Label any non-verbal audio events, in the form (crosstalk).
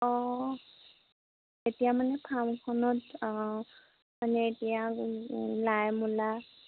অঁ এতিয়া মানে ফাৰ্মখনত মানে এতিয়া (unintelligible) লাইমূলা